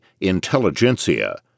intelligentsia